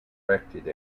directed